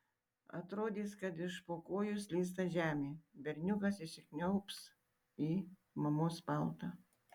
atrodys kad iš po kojų slysta žemė berniukas įsikniaubs į mamos paltą